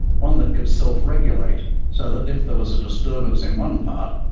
one that could self-regulate so that if there was a disturbance in one part,